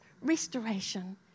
Restoration